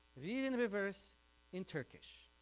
read and the reverse in turkish.